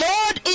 Lord